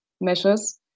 measures